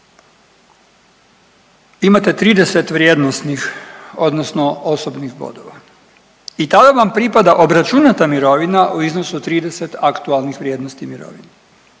imate 30 vrijednosnih odnosno osobnih bodova i tada vam pripada obračunata mirovina u iznosu od 30 aktualnih vrijednosti mirovine,